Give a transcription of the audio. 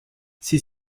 sie